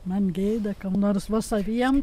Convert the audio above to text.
man gėda kam nors va saviem